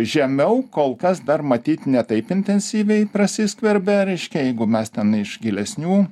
žemiau kol kas dar matyt ne taip intensyviai prasiskverbė reiškia jeigu mes ten iš gilesnių